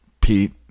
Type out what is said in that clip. Pete